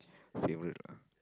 favourite lah